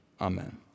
amen